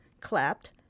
clapped